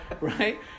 right